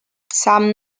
some